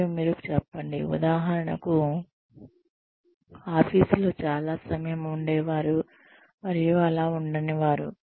మరియు మీరు చెప్పండి ఉదాహరణకు ఆఫీసులో చాలా సమయం ఉండేవారు మరియు అలా ఉండని వారు